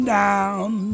down